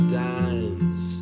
dimes